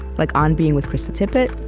like on being with krista tippett,